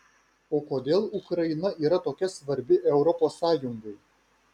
o kodėl ukraina yra tokia svarbi europos sąjungai